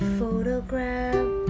photograph